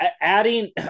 adding